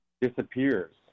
disappears